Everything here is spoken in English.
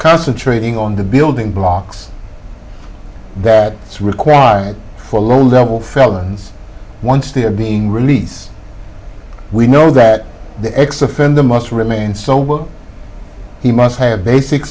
concentrating on the building blocks that is required for low level felons once they are being released we know that the ex offender must remain so but he must have basic